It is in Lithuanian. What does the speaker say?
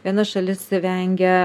viena šalis vengia